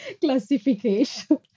classification